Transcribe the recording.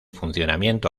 funcionamiento